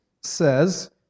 says